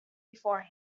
before